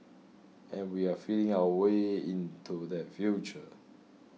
and we're feeling our way into that future